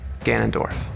Ganondorf